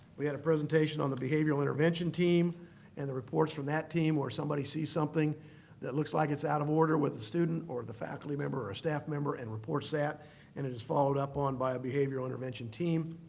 we had a presentation on the behavioral intervention team and the reports from that team were if somebody sees something that looks like it's out of order with a student or the faculty member or a staff member and reports that, and it is followed up on by a behavioral intervention team.